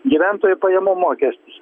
gyventojų pajamų mokestis